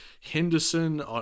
Henderson